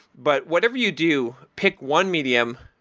but whatever you do, pick one medium,